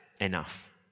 enough